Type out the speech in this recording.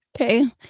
Okay